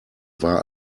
war